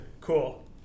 Cool